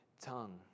tongue